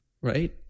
right